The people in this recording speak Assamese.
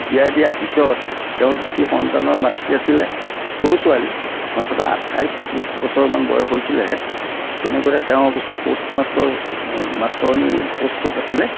বিয়া দিয়াৰ পিছত তেওঁ দুটি সন্তানৰ মাতৃ আছিলে সৰু ছোৱালী অন্তত আঠাইছ ত্ৰিছ বছৰমান বয়স হৈছিলেহে তেনেকুৱাতে তেওঁ অৱশ্যে পষ্ট মাষ্টৰ মাষ্টাৰনী পোষ্টত আছিলে